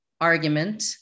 argument